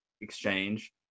Exchange